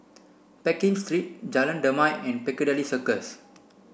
Pekin Street Jalan Damai and Piccadilly Circus